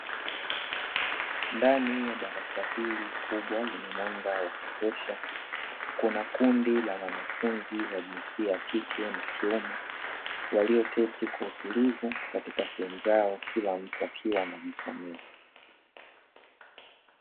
Ndani ya darasa hili kubwa lenye mwanga wa kutosha kuna kundi la wanafunzi wa jinsia ya kike na kiume, walioketi kwa utulivu katika sehemu zao kila mtu akiwa anajisomea.